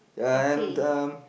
okay